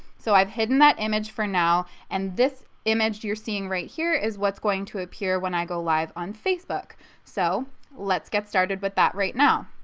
so i've hidden that image for now and this image you're seeing right here is what's going to appear when i go live on facebook so let's get started with that right now.